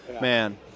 Man